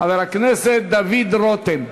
חבר הכנסת דוד רותם.